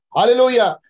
Hallelujah